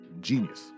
Genius